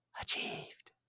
achieved